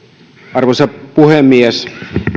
arvoisa puhemies